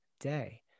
day